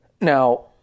Now